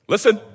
Listen